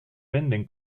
venden